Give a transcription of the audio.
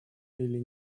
или